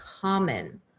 common